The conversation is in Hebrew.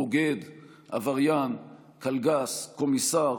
בוגד, עבריין, קלגס, קומיסר